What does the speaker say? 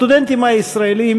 הסטודנטים הישראלים,